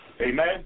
Amen